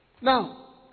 Now